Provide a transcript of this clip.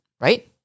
right